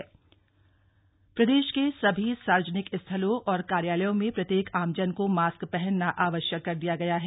cabinet बैठक प्रदेश के सभी सार्वजनिक स्थलों और कार्यालयों में प्रत्येक आमजन को मास्क पहनना आवश्यक कर दिया गया है